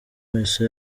wese